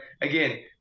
again